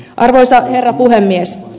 arvoisa herra puhemies